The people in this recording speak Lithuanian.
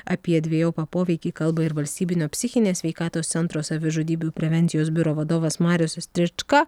apie dvejopą poveikį kalba ir valstybinio psichinės sveikatos centro savižudybių prevencijos biuro vadovas marius strička